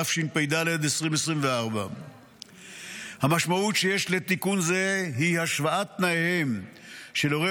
התשפ"ד 2024. המשמעות שיש לתיקון זה היא השוואת תנאיהם של הורי